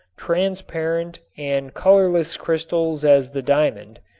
transparent and colorless crystals as the diamond,